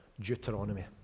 Deuteronomy